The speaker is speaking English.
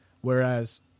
Whereas